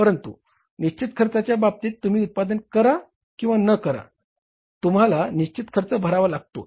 परंतु निश्चित खर्चाच्या बाबतीत तुम्ही उत्पादन करा किंवा न करा तुम्हाला निश्चित खर्च भरावाच लागतो